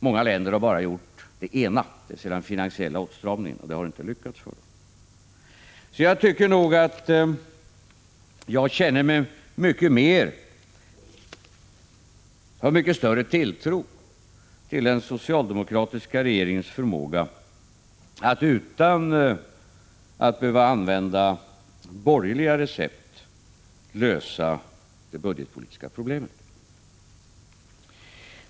Många länder har vidtagit bara den ena åtgärden, dvs. finansiell åtstramning, och har då inte lyckats. Jag hyser därför mycket stor tilltro till den socialdemokratiska regeringens förmåga att utan att behöva använda borgerliga recept lösa de budgetpolitiska problemen.